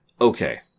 okay